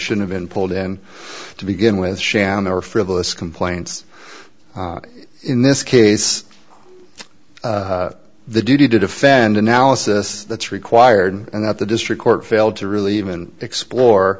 should have been pulled in to begin with shannon or frivolous complaints in this case the duty to defend analysis that's required and that the district court failed to really even explore